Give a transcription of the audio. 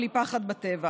בלי פחד, בטבע.